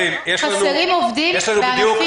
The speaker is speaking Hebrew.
חסרים עובדים בענפים אחרים.